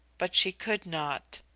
but she could not.